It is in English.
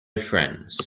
friends